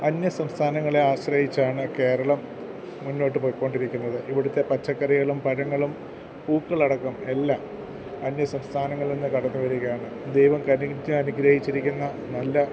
അന്യസംസഥാനങ്ങളെ ആശ്രയിച്ചാണ് കേരളം മുന്നോട്ട് പോയിക്കൊണ്ടിരിക്കുന്നത് ഇവിടുത്തെ പച്ചക്കറികളും പഴങ്ങളും പൂക്കളടക്കം എല്ലാം അന്യസംസ്ഥാനങ്ങളിൽനിന്ന് കടന്നുവരുകയാണ് ദൈവം കനിഞ്ഞ് അനുഗ്രഹിച്ചിരിക്കുന്ന നല്ല